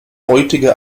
heutige